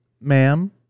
Ma'am